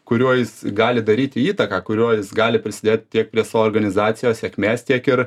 kuriuo jis gali daryti įtaką kuriuo jis gali prisidėt tiek prie savo organizacijos sėkmės tiek ir